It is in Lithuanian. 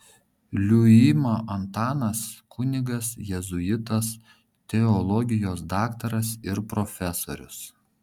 liuima antanas kunigas jėzuitas teologijos daktaras ir profesorius